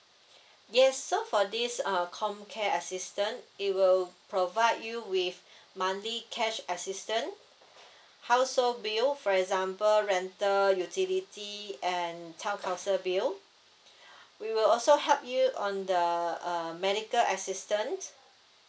yes so for this err com care assistant it will provide you with monthly cash assistant household bill for example rental utility and tel~ council bill we will also help you on the uh medical assistant